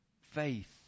faith